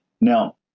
Now